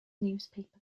newspaper